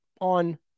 on